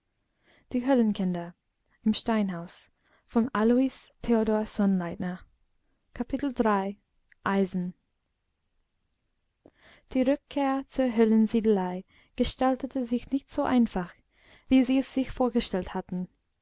eisen die rückkehr zur höhlensiedelei gestaltete sich nicht so einfach wie sie es sich vorgestellt hatten